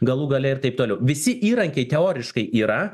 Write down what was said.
galų gale ir taip toliau visi įrankiai teoriškai yra